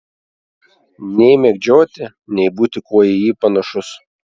nei mėgdžioti nei būti kuo į jį panašus